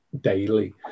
daily